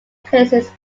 places